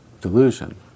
delusion